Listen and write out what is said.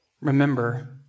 Remember